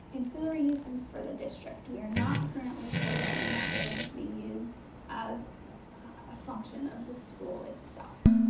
ancillary uses for the district. we are not currently and programming that building to be used as a function of the school itself.